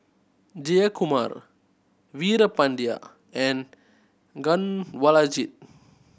Jayakumar Veerapandiya and Kanwaljit